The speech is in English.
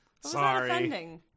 Sorry